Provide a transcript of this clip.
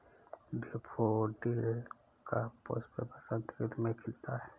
daffodil का पुष्प बसंत ऋतु में खिलता है